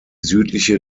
südliche